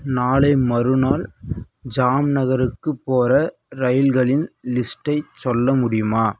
நாளை மறுநாள் ஜாம் நகருக்குப் போகிற ரயில்களின் லிஸ்ட்டைச் சொல்ல முடியுமா